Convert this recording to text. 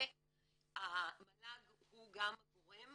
המל"ג הוא גם הגורם